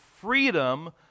freedom